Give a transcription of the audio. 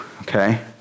okay